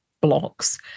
blocks